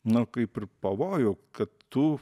na kaip ir pavojų kad tu